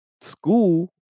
School